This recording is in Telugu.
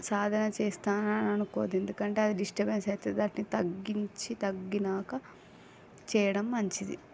సాధన చేస్తా అననుకోవద్దు ఎందుకంటే అది డిస్టబెన్స్ అవుతుంది అయిటిని తగ్గించి తగ్గినాక చేయడం మంచిది